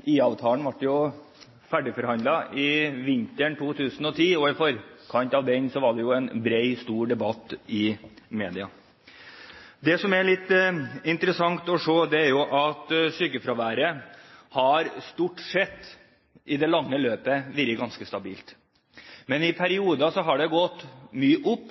forkant av den var det jo en bred, stor debatt i media. Det som er litt interessant å se, er at sykefraværet stort sett i det lange løp har vært ganske stabilt. Men i perioder har det gått mye opp,